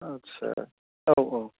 आच्चा औ औ